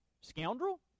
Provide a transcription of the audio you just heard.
Scoundrel